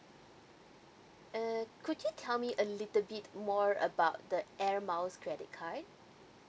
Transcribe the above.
uh could you tell me a little bit more about the air miles credit card